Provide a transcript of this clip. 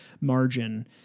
margin